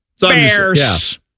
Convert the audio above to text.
Bears